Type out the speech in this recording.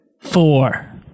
four